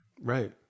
Right